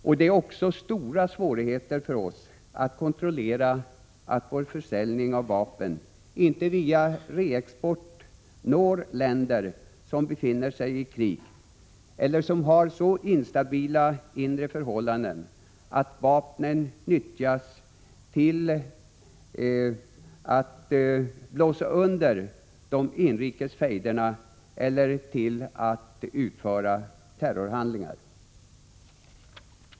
Vi har också stora svårigheter att kontrollera att vår försäljning av vapen inte, via reexport, når länder som befinner sig i krig eller som har så instabila inre förhållanden att vapnen nyttjas till att underblåsa de inrikes fejderna eller till att utföra terrorhandlingar.